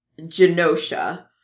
Genosha